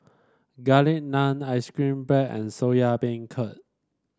Garlic Naan ice cream bread and Soya Beancurd